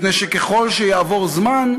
מפני שככל שיעבור זמן,